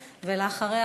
ואחריה,